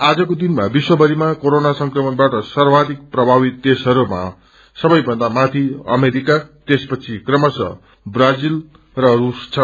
आजको दिनमा विश्वभरिमा कारोना संक्रमणबाट सद्माथिक प्रभावित देशहरूमा सबैभन्दा माथि अमेरिका तयसपछि क्रमशः ब्राजित र स्स छन्